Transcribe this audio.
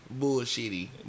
bullshitty